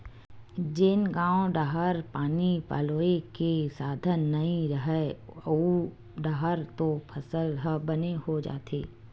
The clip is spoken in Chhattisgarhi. जेन गाँव डाहर पानी पलोए के साधन नइय रहय ओऊ डाहर तो फसल ह बने हो जाथे